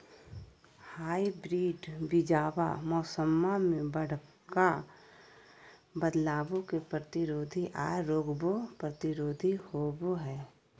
hybrid बीजावा मौसम्मा मे बडका बदलाबो के प्रतिरोधी आ रोगबो प्रतिरोधी होबो हई